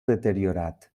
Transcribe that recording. deteriorat